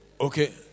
Okay